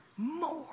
more